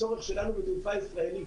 הצורך שלנו בתעופה ישראלית.